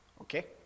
Okay